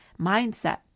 mindset